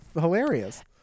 hilarious